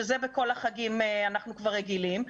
שזה בכל החגים ואנחנו כבר רגילים,